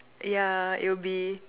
ya it will be